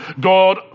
God